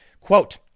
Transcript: Quote